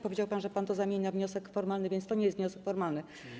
Powiedział pan, że pan to zamieni na wniosek formalny, więc to nie jest wniosek formalny.